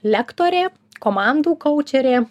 lektorė komandų koučerė